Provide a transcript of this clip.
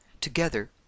Together